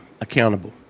accountable